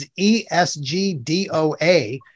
ESGDOA